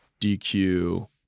DQ